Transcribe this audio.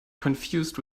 confused